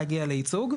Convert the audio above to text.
באחדות אני עוצר.